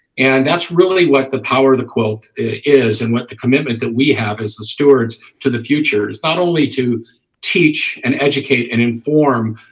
and that's really what the power of the quilt is and what the commitment that we have is the stewards to the future it's not only to teach and educate and inform